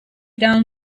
down